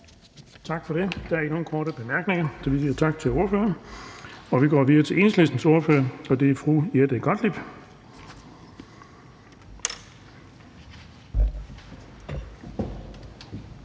Tak for det. Der er ikke nogen korte bemærkninger, så vi siger tak til ordføreren. Vi går videre til Enhedslistens ordfører, og det er fru Rosa Lund.